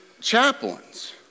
chaplains